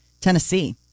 Tennessee